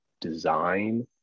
design